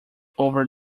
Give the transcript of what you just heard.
over